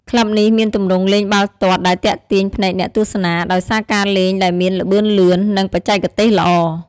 ក្លឹបនេះមានទម្រង់លេងបាល់ទាត់ដែលទាក់ទាញភ្នែកអ្នកទស្សនា ដោយសារការលេងដែលមានល្បឿនលឿន និងបច្ចេកទេសល្អ។